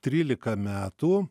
trylika metų